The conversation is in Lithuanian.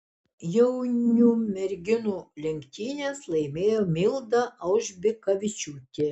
jaunių merginų lenktynes laimėjo milda aužbikavičiūtė